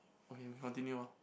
okay okay continue ah